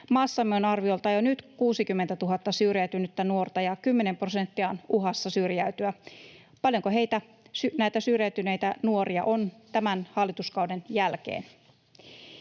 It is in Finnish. Maassamme on arviolta jo nyt 60 000 syrjäytynyttä nuorta ja 10 prosenttia on uhassa syrjäytyä. Paljonko heitä, näitä syrjäytyneitä nuoria, on tämän hallituskauden jälkeen?